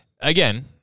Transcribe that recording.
again